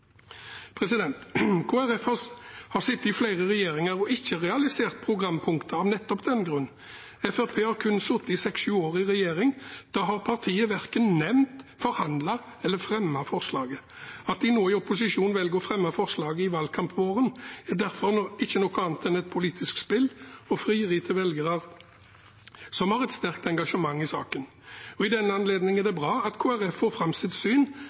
ikke realisert programpunktet av nettopp den grunn. Fremskrittspartiet har sittet seks–sju år i regjering. Da har partiet verken nevnt, forhandlet eller fremmet forslaget. At de nå i opposisjon velger å fremme forslaget i valgkampvåren, er derfor ikke noe annet enn et politisk spill og frieri til velgere som har et sterkt engasjement i saken. I den anledning er det bra at Kristelig Folkeparti får fram sitt syn